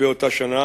באותה שנה.